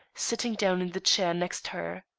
sitting down in the chair next her.